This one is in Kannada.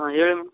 ಹಾಂ ಹೇಳಿ ಮ್ಯಾಮ್